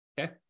okay